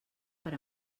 per